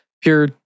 pure